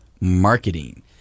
Marketing